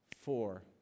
Four